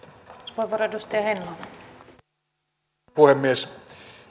arvoisa arvoisa puhemies